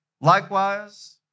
Likewise